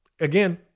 again